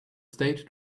state